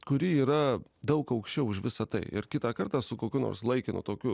kuri yra daug aukščiau už visa tai ir kitą kartą su kokiu nors laikinu tokiu